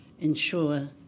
ensure